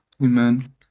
Amen